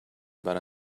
برای